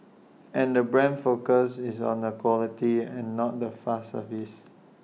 and the brand's focus is on A quality and not the fast service